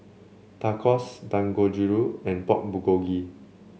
Tacos Dangojiru and Pork Bulgogi